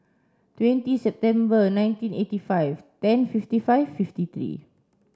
twenty September nineteen eighty five ten fifty five fifty three